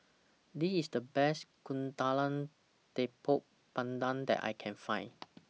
This IS The Best Kuih Talam Tepong Pandan that I Can Find